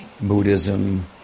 Buddhism